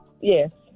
yes